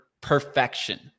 perfection